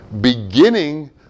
beginning